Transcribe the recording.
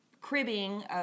cribbing